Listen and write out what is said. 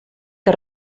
que